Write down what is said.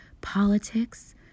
politics